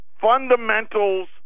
fundamentals